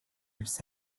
its